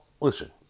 listen